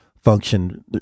Function